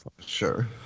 sure